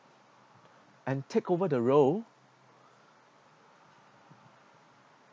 and take over the role